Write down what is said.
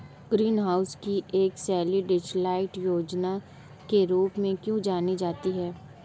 Green house की एक शैली डचलाइट डिजाइन के रूप में क्यों जानी जाती है?